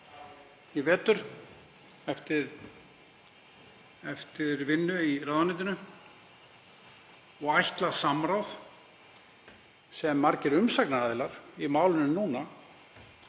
í vetur eftir vinnu í ráðuneytinu og ætlað samráð, sem margir umsagnaraðilar í málinu núna